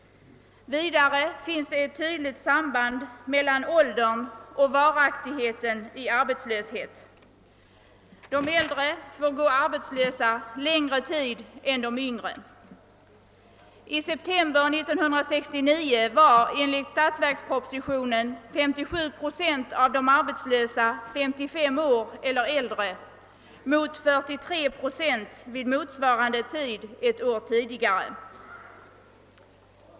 Vidare finns det ett tydligt samband mellan åldern och arbetslöshetens varaktighet; de äldre får gå arbetslösa längre tid än de yngre. I september 1969 var enligt statsverkspropositionen 57 procent av de arbetslösa 55 år eller äldre mot 43 procent vid motsvarande tidpunkt ett år tidigare.